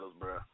bro